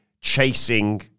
chasing